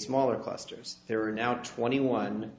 smaller clusters there are now twenty one